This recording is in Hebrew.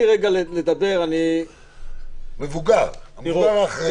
המבוגר האחראי.